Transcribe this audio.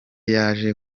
yaje